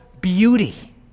beauty